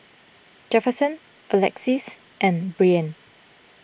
Jefferson Alexis and Byrd